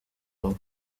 wowe